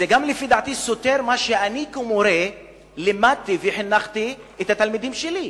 לדעתי זה סותר מה שאני כמורה לימדתי וחינכתי את התלמידים שלי.